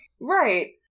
Right